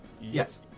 Yes